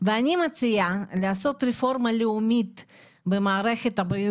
החולים ואני מציעה לעשות רפורמה לאומית במערכת הבריאות